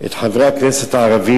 את חברי הכנסת הערבים,